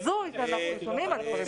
זה הזוי שאנחנו שומעים את זה.